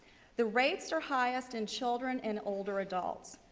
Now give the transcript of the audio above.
the rates are highest in children and older adults.